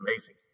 amazing